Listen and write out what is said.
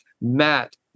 Matt